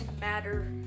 matter